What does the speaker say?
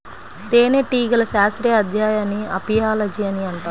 తేనెటీగల శాస్త్రీయ అధ్యయనాన్ని అపియాలజీ అని అంటారు